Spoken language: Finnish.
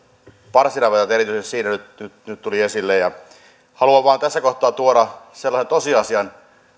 parsinavetat siinä nyt tulivat esille haluan vain tässä kohtaa tuoda myöskin sellaisen tosiasian